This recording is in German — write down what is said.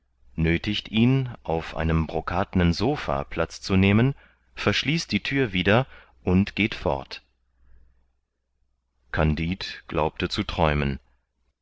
nöthigt ihn auf einem brokatnen sopha platz zu nehmen verschließt die thür wieder und geht fort kandid glaubte zu träumen